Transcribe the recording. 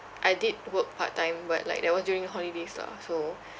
I did work part time but like that was during the holidays lah so